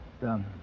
Done